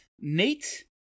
Nate